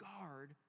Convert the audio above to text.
guard